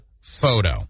photo